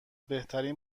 بهترین